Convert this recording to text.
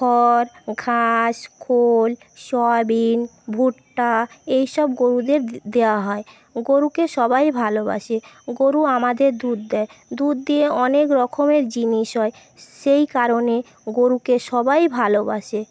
খড় ঘাস খোল সয়াবিন ভুট্টা এই সব গরুদের দেওয়া হয় গরুকে সবাই ভালোবাসে গরু আমাদের দুধ দেয় দুধ দিয়ে অনেক রকমের জিনিস হয় সেই কারণে গরুকে সবাই ভালোবাসে